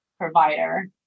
provider